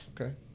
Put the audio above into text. Okay